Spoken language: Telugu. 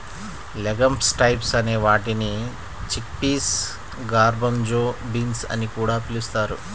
లెగమ్స్ టైప్స్ అనే వాటిని చిక్పీస్, గార్బన్జో బీన్స్ అని కూడా పిలుస్తారు